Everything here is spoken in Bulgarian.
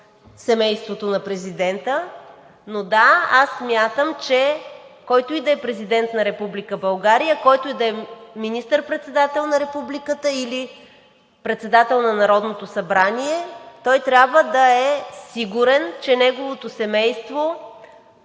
семейството на президента, но да, смятам, че който и да е президент на Република България, който и да е министър-председател на републиката или председател на Народното събрание, той трябва да е сигурен, че неговото семейство